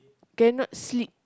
cannot sleep